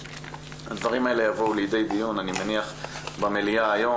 הדברים האלה יבואו לדיון, אני מניח, במליאה היום